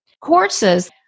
Courses